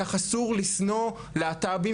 כך אסור לשנוא להט"בים,